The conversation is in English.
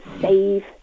save